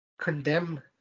condemn